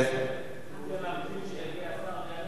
לא היום, בשבוע הבא.